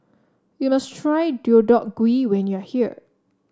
you must try Deodeok Gui when you are here